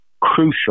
crucial